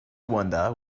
wonder